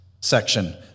section